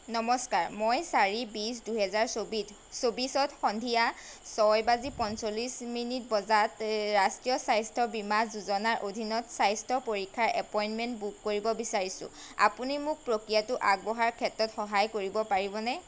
নমস্কাৰ মই চাৰি বিচ দুই হাজাৰ চবিথ চৌবিচত সন্ধিয়া ছয় বাজি পঞ্চল্লিছ মিনিট বজাত ৰাষ্ট্ৰীয় স্বাস্থ্য বীমা যোজনাৰ অধীনত স্বাস্থ্য পৰীক্ষাৰ এপইণ্টমেণ্ট বুক কৰিব বিচাৰিছোঁ আপুনি মোক প্ৰক্ৰিয়াটো আগবঢ়াৰ ক্ষেত্ৰত সহায় কৰিব পাৰিবনে